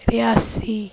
Reasi